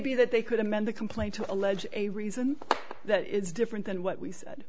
be that they could amend the complaint to allege a reason that is different than what we said